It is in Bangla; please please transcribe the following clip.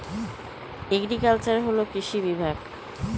এক জায়গা থকে অরেক জায়গায় গিয়ে শিফটিং এগ্রিকালচার করবো